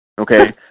Okay